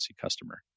customer